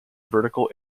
vertical